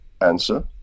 answer